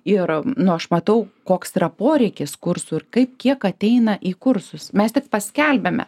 ir nu aš matau koks yra poreikis kursų ir kaip kiek ateina į kursus mes tik paskelbiame